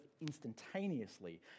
instantaneously